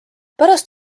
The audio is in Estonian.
pärast